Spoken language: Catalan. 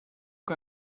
que